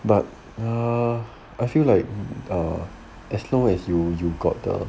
but err I feel like uh as long as you you got the